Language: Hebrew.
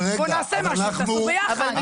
בואו נעשה משהו, תעשו ביחד.